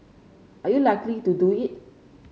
are you likely to do it